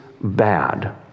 bad